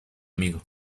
amigo